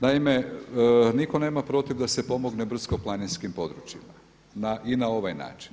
Naime, nitko nema protiv da se pomogne brdsko-planinskim područjima i na ovaj način.